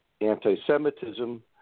anti-Semitism